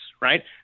right